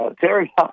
Terry